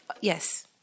Yes